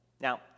Now